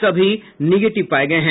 सभी निगेटिव पाये गये हैं